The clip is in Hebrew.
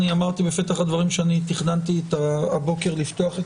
אמרתי בפתח הדברים שאני תכננתי הבוקר לפתוח את